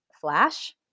flash